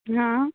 हाँ